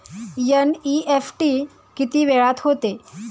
NEFT किती वेळात होते?